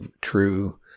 true